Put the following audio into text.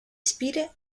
spine